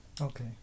okay